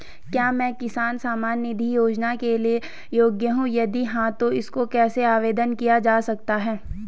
क्या मैं किसान सम्मान निधि योजना के लिए योग्य हूँ यदि हाँ तो इसको कैसे आवेदन किया जा सकता है?